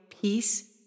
peace